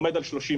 עומד על 30%,